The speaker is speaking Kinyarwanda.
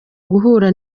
guhura